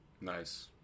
nice